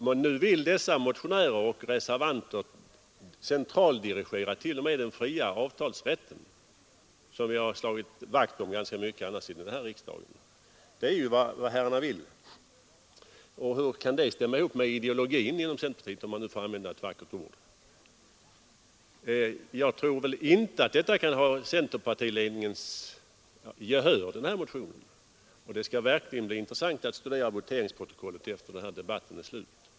Men nu vill motionärerna och reservanterna centraldirigera t.o.m. den fria avtalsrätten, som vi annars har slagit vakt om ganska kraftigt här i riksdagen. Det är ju vad herrarna vill. Och hur kan det stämma med ideologin inom centerpartiet, om jag nu får använda ett vackert ord? Jag tror inte att den här motionen kan ha centerpartiledningens gehör, och det skall verkligen bli intressant att studera voteringsprotokollet efter debattens slut.